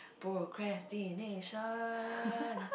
procrastination